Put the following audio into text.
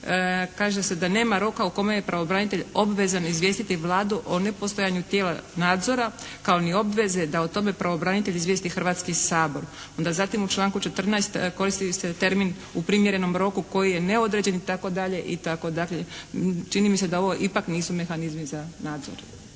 kaže se da nema roka u kojem je pravobranitelj obvezan izvijestiti Vladu o nepostojanju tijela nadzora kao ni obveze da o tome pravobranitelj izvijesti Hrvatski sabor. Onda, zatim u članku 14. koristi se termin u primjerenom roku koji je neodređen itd. Dakle, čini mi se da ovo ipak nisu mehanizmi za nadzor.